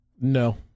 No